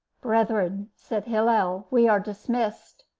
brethren, said hillel, we are dismissed.